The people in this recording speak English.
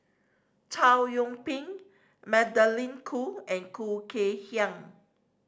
Chow Yian Ping Magdalene Khoo and Khoo Kay Hian